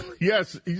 Yes